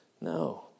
No